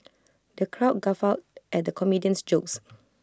the crowd guffawed at the comedian's jokes